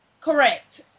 Correct